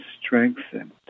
strengthened